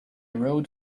rode